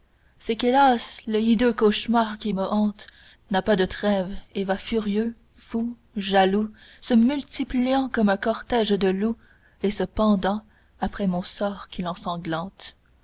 c'est qu'hélas le hideux cauchemar qui me hante n'a pas de trêve et va furieux fou jaloux se multipliant comme un cortège de loups et se pendant après mon sort qu'il ensanglante